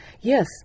Yes